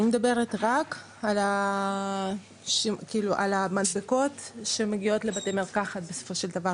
אני מדברת רק על המדבקות שמגיעות לבתי מרקחת בסופו של דבר,